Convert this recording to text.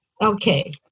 Okay